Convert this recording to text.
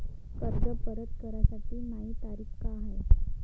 कर्ज परत कराची मायी तारीख का हाय?